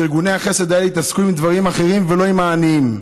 כדי שארגוני החסד האלה יתעסקו בדברים אחרים ולא בעניים,